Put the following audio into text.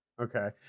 okay